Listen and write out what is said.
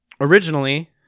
originally